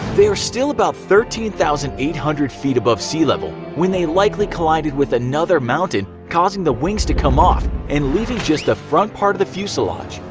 they are still about thirteen thousand eight hundred feet above sea level when they likely collided with another mountain causing the wings to come off and leaving just the front part of the fuselage.